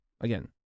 again